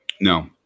No